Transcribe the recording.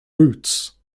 routes